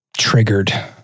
triggered